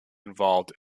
involved